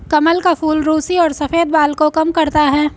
कमल का फूल रुसी और सफ़ेद बाल को कम करता है